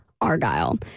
Argyle